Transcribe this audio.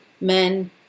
men